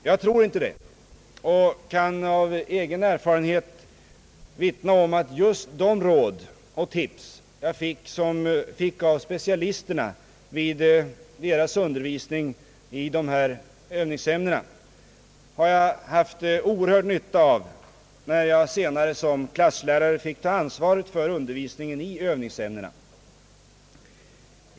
Jag tror inte det och kan av egen erfarenhet vittna om, att just de råd och tips jag fick av specialisterna vid deras undervisning i övningsämnena hade jag oerhörd nytta av när jag senare som klasslärare fick ta ansvaret för undervisningen i övningsämnena.